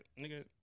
nigga